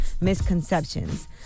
misconceptions